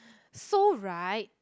so right